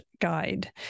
guide